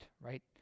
right